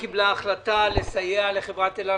הממשלה קיבלה החלטה לסייע לחברת אל על.